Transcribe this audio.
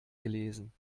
gelesen